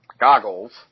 goggles